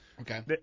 okay